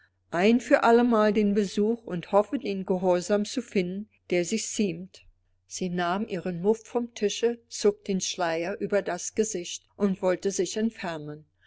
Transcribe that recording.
ein für allemal den besuch und hoffe den gehorsam zu finden der sich ziemt sie nahm ihren muff vom tische zog den schleier über das gesicht und wollte sich entfernen